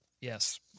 Yes